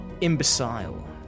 Imbecile